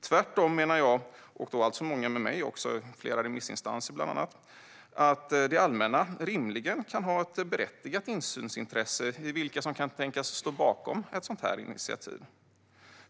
Tvärtom menar jag, och många med mig, bland andra flera remissinstanser, att det allmänna rimligen kan ha ett berättigat insynsintresse i vilka som kan tänkas stå bakom ett sådant initiativ.